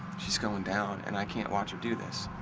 she's going down, and i can't watch her do this.